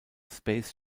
space